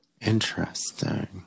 Interesting